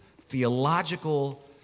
theological